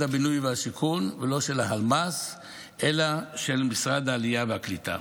הבינוי והשיכון ולא של הלמ"ס אלא של משרד העלייה והקליטה,